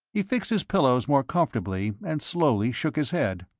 he fixed his pillows more comfortably, and slowly shook his head.